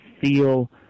feel